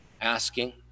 asking